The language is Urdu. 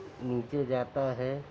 نیچے جاتا ہے